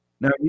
Now